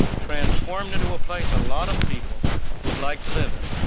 transformed into a place a lot of people would like to live in.